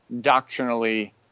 doctrinally